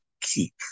keep